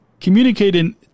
communicating